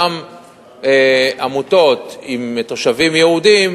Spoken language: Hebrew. אותן עמותות עם תושבים יהודים,